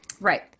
Right